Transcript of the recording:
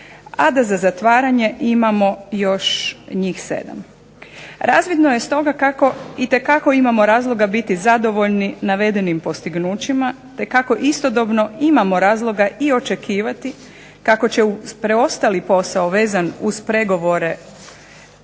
a da za zatvaranje imamo još njih sedam. Razvidno je stoga kako itekako imamo razloga biti zadovoljni navedenim postignućima te kako istodobno imamo razloga i očekivati kako će uz preostali posao vezan uz pregovore